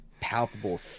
palpable